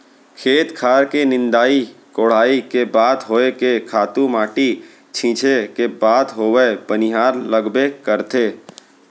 खेत खार के निंदई कोड़ई के बात होय के खातू माटी छींचे के बात होवय बनिहार लगबे करथे